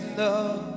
love